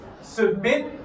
Submit